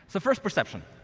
so, first perception.